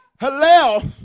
Hallel